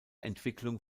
entwicklung